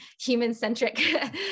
human-centric